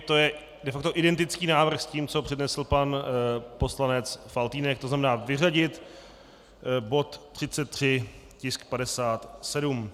To je de facto identický návrh s tím, co přednesl pan poslanec Faltýnek, tzn. vyřadit bod 33, tisk 57.